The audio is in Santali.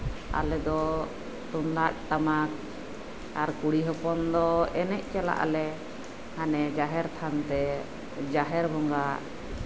ᱟᱨ ᱟᱞᱮ ᱫᱚ ᱛᱩᱢᱫᱟᱜ ᱴᱟᱢᱟᱠ ᱟᱨ ᱠᱩᱲᱤ ᱦᱚᱯᱚᱱ ᱫᱚ ᱮᱱᱮᱡ ᱥᱮᱨᱮᱧ ᱪᱟᱞᱟᱜ ᱟᱞᱮ ᱦᱟᱱᱮ ᱡᱟᱸᱦᱮᱨ ᱛᱷᱟᱱᱨᱮ ᱡᱟᱸᱦᱮᱨ ᱵᱚᱸᱜᱟ